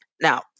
Now